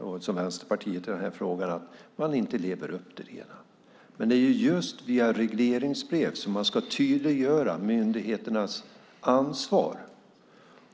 och Vänsterpartiet i den här frågan, att myndigheterna inte lever upp till ansvaret. Men det är just via regleringsbrev som man ska tydliggöra myndigheternas ansvar.